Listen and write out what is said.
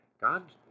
God